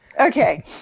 Okay